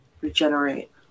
regenerate